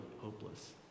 hopeless